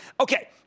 Okay